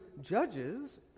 judges